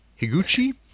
Higuchi